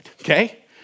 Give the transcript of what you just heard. okay